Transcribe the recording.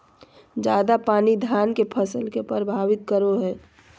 ज्यादा पानी धान के फसल के परभावित करो है?